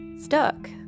stuck